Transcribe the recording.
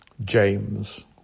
James